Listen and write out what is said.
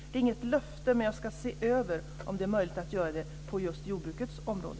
Det är inget löfte, men jag ska se över om det är möjligt att göra det på just jordbrukets område.